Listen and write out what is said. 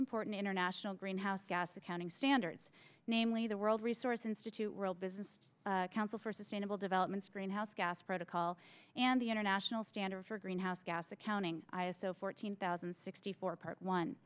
important international greenhouse gas accounting standards namely the world resources institute world business council for sustainable development greenhouse gas protocol and the international standard for greenhouse gas accounting i s o fourteen thousand and sixty four part one